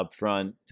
upfront